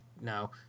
no